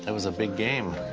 and was a big game.